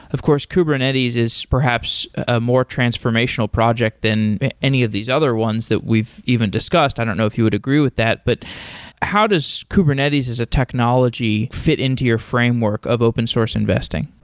of course, kubernetes is perhaps a more transformational project than any of these other ones that we've even discussed. i don't know if you would agree with that, but how does kubernetes as a technology fit into your framework of open source investing?